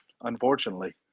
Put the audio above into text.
unfortunately